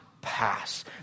pass